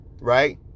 right